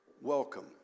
Welcome